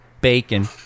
bacon